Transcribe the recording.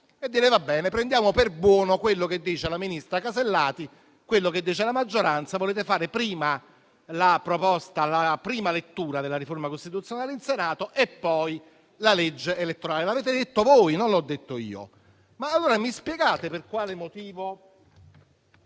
e dire che prendiamo per buono quello che dice la ministra Casellati e quello che dice la maggioranza: volete fare la prima lettura della riforma costituzionale in Senato e poi la legge elettorale. L'avete detto voi, non l'ho detto io. Mi dovete dare allora